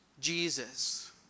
Jesus